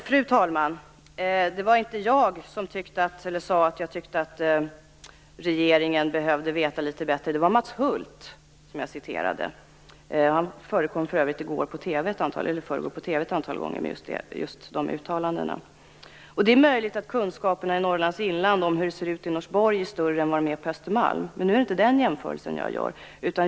Fru talman! Det var inte jag som sade att jag tyckte att regeringen behövde veta litet bättre, utan det var Mats Hulth som jag citerade. Han förekom för övrigt i förrgår på TV ett antal gånger med just de uttalandena. Det är möjligt att kunskaperna i Norrlands inland om hur det ser ut i Norsborg är större än vad de är på Östermalm. Nu är det inte den jämförelsen jag gör.